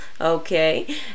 Okay